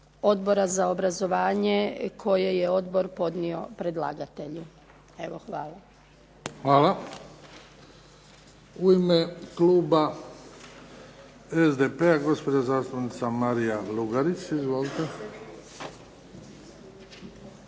Odbora za obrazovanje koje je odbor podnio predlagatelju. Evo, hvala. **Bebić, Luka (HDZ)** Hvala. U ime kluba SDP-a gospođa zastupnica Marija Lugarić. Izvolite.